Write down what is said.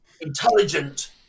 intelligent